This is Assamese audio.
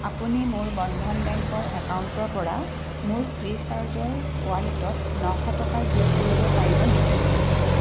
আপুনি মোৰ বন্ধন বেংকৰ একাউণ্টৰ পৰা মোৰ ফ্ৰী চাৰ্জৰ ৱালেটত নশ টকা যোগ কৰিব পাৰিব নেকি